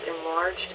enlarged